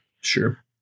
Sure